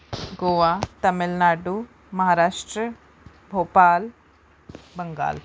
Goa Tamil Nadu Maharashtra Bhopal Bengal